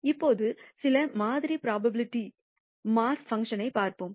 இப்போது சில மாதிரி புரோபாபிலிடி மாஸ் பங்க்ஷன்களைப் பார்ப்போம்